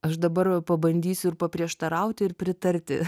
aš dabar pabandysiu ir paprieštarauti ir pritarti